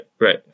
Right